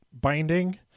binding